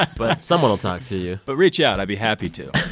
but someone will talk to you but reach out. i'd be happy to